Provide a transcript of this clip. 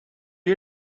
you